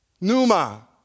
Numa